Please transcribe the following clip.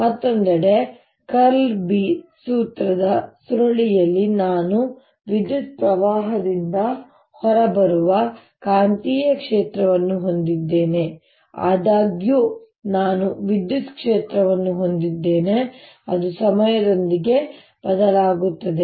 ಮತ್ತೊಂದೆಡೆ ▽× B ಸೂತ್ರದ ಸುರುಳಿಯಲ್ಲಿ ನಾನು ವಿದ್ಯುತ್ ಪ್ರವಾಹದಿಂದ ಹೊರಬರುವ ಕಾಂತೀಯ ಕ್ಷೇತ್ರವನ್ನು ಹೊಂದಿದ್ದೇನೆ ಆದಾಗ್ಯೂ ನಾನು ವಿದ್ಯುತ್ ಕ್ಷೇತ್ರವನ್ನು ಹೊಂದಿದ್ದೇನೆ ಅದು ಸಮಯದೊಂದಿಗೆ ಬದಲಾಗುತ್ತದೆ